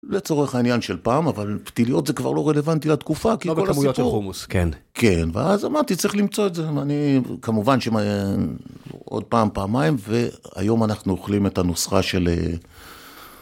לצורך העניין של פעם אבל פתיליות זה כבר לא רלוונטי לתקופה כי כל הזמנתי צריך למצוא את זה אני כמובן שמה עוד פעם פעמיים והיום אנחנו אוכלים את הנוסחה של.